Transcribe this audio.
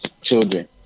children